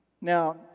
Now